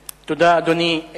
תודה, אדוני.